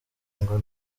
ngo